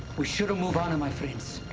we should move on, and my friends.